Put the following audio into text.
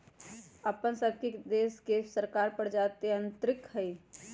अप्पन सभके देश के सरकार प्रजातान्त्रिक हइ